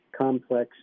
complex